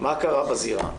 מה קרה בזירה,